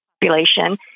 population